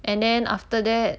and then after that